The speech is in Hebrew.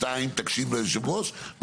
שתיים, תקשיב ליושב ראש.